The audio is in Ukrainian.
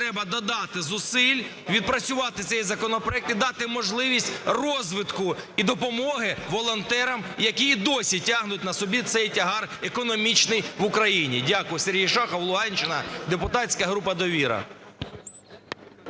треба додати зусиль, відпрацювати цей законопроект і дати можливість розвитку, і допомоги волонтерам, які і досі тягнуть на собі цей тягар економічний в Україні. Дякую. Сергій Шахов, Луганщина, депутатська група "Довіра".